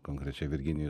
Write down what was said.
konkrečiai virginijui